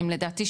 לדעתי,